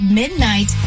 midnight